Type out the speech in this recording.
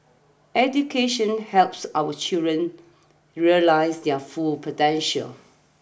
education helps our children realise their full potential